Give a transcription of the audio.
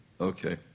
Okay